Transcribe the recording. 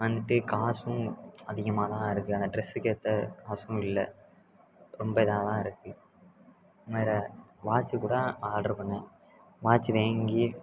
வந்துவிட்டு காசும் அதிகமாக தான் இருக்குது அந்த ட்ரெஸுக்கு ஏற்ற காசும் இல்லை ரொம்ப இதாக தான் இருக்குது வேறு வாட்ச்சி கூட ஆர்டர் பண்ணேன் வாட்ச்சு வாங்கி